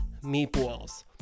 Meatballs